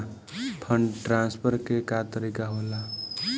Fund transfer के का तरीका होला?